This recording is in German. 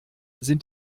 sind